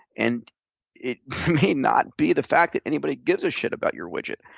and it may not be the fact that anybody gives a shit about your widget,